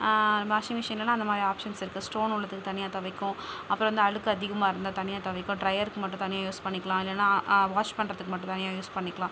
washing மிஷின்லெல்லாம் அந்தமாதிரி options இருக்குது ஸ்டோன் உள்ளதுக்கு தனியாக துவைக்கும் அப்புறம் வந்து அழுக்கு அதிகமாக இருந்தால் தனியாக துவைக்கும் டிரையருக்கு மட்டும் தனியாக யூஸ் பண்ணிக்கலாம் இல்லைன்னா வாஷ் பண்ணுறத்துக்கு மட்டும் தனியாக யூஸ் பண்ணிக்கலாம்